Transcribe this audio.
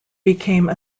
became